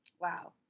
Wow